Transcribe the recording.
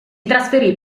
trasferì